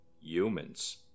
humans